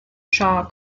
shaw